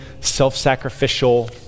self-sacrificial